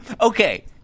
Okay